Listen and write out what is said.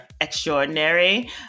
extraordinary